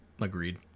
agreed